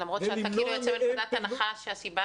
למרות שאתה יוצא מתוך נקודת הנחה שהסיבה